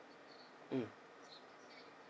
mm